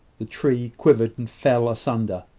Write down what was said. the tree quivered and fell asunder,